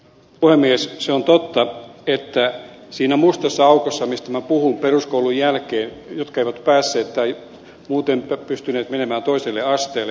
se on totta että siinä mustassa aukossa peruskoulun jälkeen mistä minä puhun siinä montussa on paljon nuoria jotka eivät päässeet tai muuten pystyneet menemään toiselle asteelle